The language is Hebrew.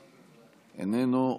איננו,